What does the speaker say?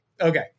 Okay